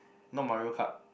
not Mario-Kart